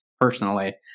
personally